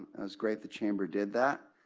great the chamber did that.